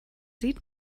sieht